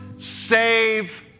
Save